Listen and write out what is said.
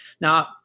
now